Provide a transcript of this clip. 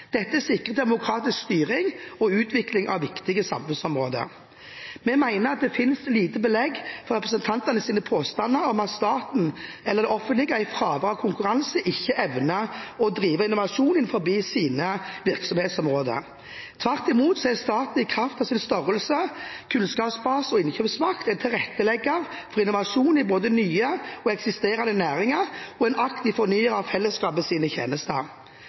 Dette sikrer demokratisk styring og utvikling av viktige samfunnsområder. Vi mener at det finnes lite belegg for representantenes påstand om at staten – det offentlige – i fravær av konkurranse ikke evner å drive innovasjon innenfor sine virksomhetsområder. Tvert imot er staten i kraft av sin størrelse, kunnskapsbase og innkjøpsmakt en tilrettelegger for innovasjon i både nye og eksisterende næringer og en aktiv fornyer av felleskapets tjenester.